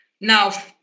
Now